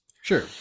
Sure